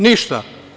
Ništa.